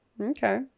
Okay